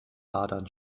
adern